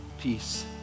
peace